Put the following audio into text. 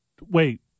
Wait